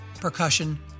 percussion